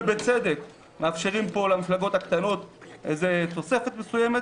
ובצדק מאפשרים למפלגות הקטנות תוספת מסוימת,